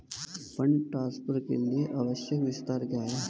Fund transfer के लिए आवश्यक विवरण क्या हैं?